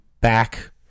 back